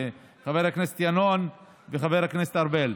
חבר הכנסת ינון וחבר הכנסת ארבל?